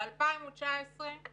בשנת 2019,